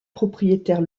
propriétaire